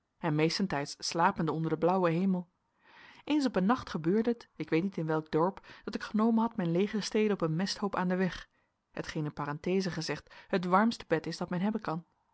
en meestentijds slapende onder den blauwen hemel eens op een nacht gebeurde het ik weet niet in welk dorp dat ik genomen had mijn legerstede op een mesthoop aan den weg hetgeen in parenthése gezegd het warmste bed is dat men hebben kan